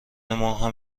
ماهم